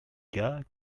cas